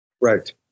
right